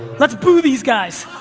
let's boo these guys.